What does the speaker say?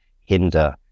hinder